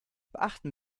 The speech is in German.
beachten